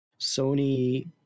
sony